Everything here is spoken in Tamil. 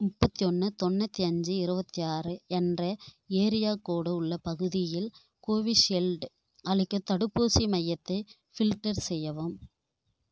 முப்பத்து ஒன்று தொண்ணூற்றி அஞ்சு இருபத்தி ஆறு என்ற ஏரியா கோடு உள்ள பகுதியில் கோவிஷீல்டு அளிக்கும் தடுப்பூசி மையத்தை ஃபில்டர் செய்யவும்